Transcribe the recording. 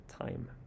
time